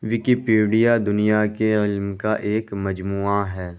Wikipedia دنیا کے علم کا ایک مجموعہ ہے